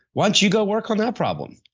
why don't you go work on that problem?